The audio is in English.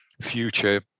future